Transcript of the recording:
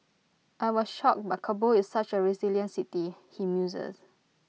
I was shocked but Kabul is such A resilient city he muses